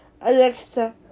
Alexa